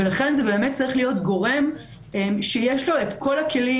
ולכן זה באמת צריך להיות גורם שיש לו כל הכלים,